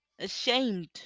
ashamed